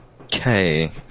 Okay